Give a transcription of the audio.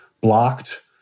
blocked